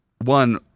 one